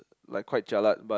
like quite jialat but